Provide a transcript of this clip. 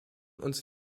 uns